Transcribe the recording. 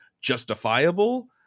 justifiable